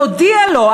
תודיע לו,